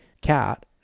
cat